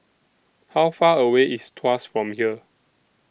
How Far away IS Tuas from here